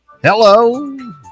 Hello